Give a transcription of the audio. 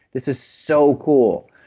this is so cool,